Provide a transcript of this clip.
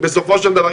בסופו של דבר,